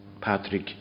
Patrick